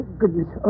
goodness